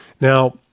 Now